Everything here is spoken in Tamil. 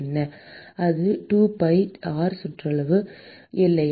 அது அது 2 pi r சுற்றளவு இல்லையா